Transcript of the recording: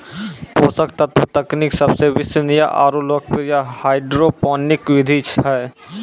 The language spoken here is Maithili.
पोषक तत्व तकनीक सबसे विश्वसनीय आरु लोकप्रिय हाइड्रोपोनिक विधि छै